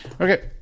Okay